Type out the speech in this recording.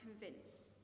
convinced